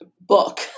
book